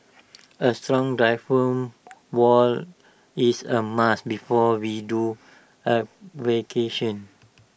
A strong diaphragm wall is A must before we do